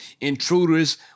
intruders